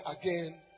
again